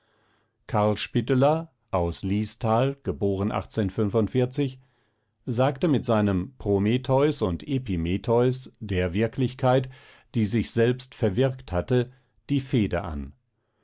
aus liestal geboren sagte mit seinem prometheus und epimetheus der wirklichkeit die sich verwirkt hatte die fehde an